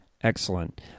Excellent